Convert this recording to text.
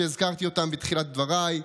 שהזכרתי אותם בתחילת דבריי.